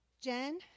Jen